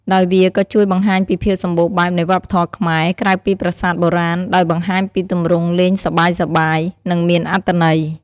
ដោយវាក៏ជួយបង្ហាញពីភាពសម្បូរបែបនៃវប្បធម៌ខ្មែរ ក្រៅពីប្រាសាទបុរាណ ដោយបង្ហាញពីទម្រង់លេងសប្បាយៗ និងមានអត្ថន័យ។